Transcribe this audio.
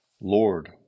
Lord